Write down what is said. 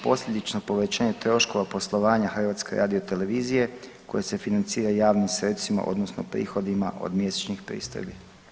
posljedično povećanje troškova poslovanja HRT-a koje se financira javnim sredstvima odnosno prihodima od mjesečnih pristojbi.